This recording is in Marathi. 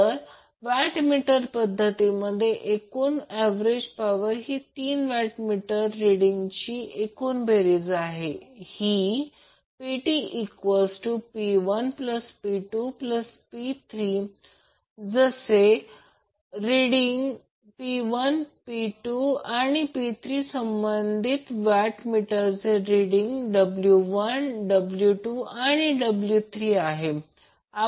तर तीन वॅट मीटर पद्धतीमध्ये एकूण ऍव्हरेज पॉवर ही तीन वॅट मीटर रिडिंगची एकूण बेरीज ही PTP1P2P3 जसे P1 P2 आणि P3 संबंधित वॅट मीटरचे रिडिंग W1 W2 आणि W3 आहे